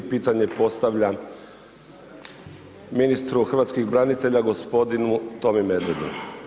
Pitanje postavljam ministru hrvatskih branitelja gospodinu Tomi Medvedu.